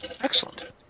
Excellent